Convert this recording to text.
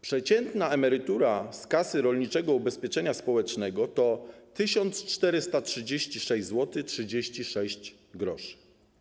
Przeciętna emerytura z Kasy Rolniczego Ubezpieczenia Społecznego to 1436,36 zł.